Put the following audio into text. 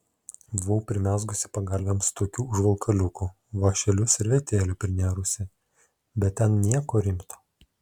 buvau primezgusi pagalvėms tokių užvalkaliukų vąšeliu servetėlių prinėrusi bet ten nieko rimto